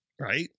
Right